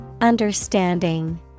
Understanding